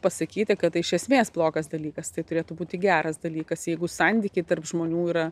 pasakyti kad tai iš esmės blogas dalykas tai turėtų būti geras dalykas jeigu sandykiai tarp žmonių yra